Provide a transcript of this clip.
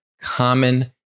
common